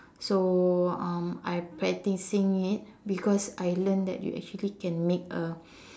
so um I'm practicing it because I learn that you actually can make a